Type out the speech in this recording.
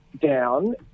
down